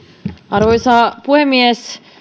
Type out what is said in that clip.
arvoisa puhemies